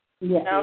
Yes